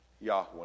Yahweh